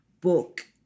book